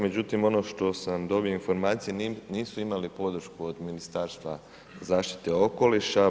Međutim ono što sam dobio informaciju, nisu imali podršku od Ministarstva zaštite okoliša.